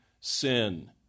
sin